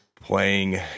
playing